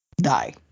die